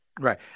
Right